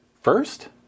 first